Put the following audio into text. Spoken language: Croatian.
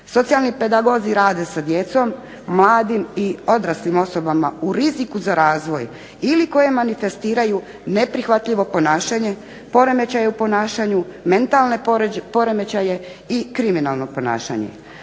Socijalni pedagozi rade sa djecom, mladim i odraslim osobama u riziku za razvoj, ili koje manifestiraju neprihvatljivo ponašanje, poremećaj u ponašanju, mentalne poremećaje i kriminalno ponašanje.